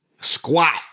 squat